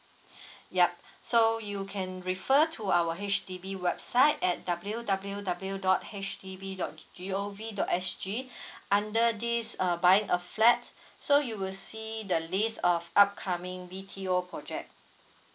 yup so you can refer to our H_D_B website at W W W dot H D B dot G_O_V dot S_G under this uh buying a flat so you will see the list of upcoming B_T_O project